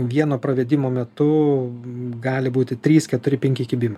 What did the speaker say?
vieno pravedimo metu gali būti trys keturi penki kibimai